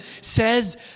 says